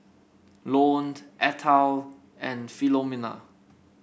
Lone Ethyle and Filomena